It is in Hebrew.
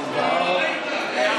בעד.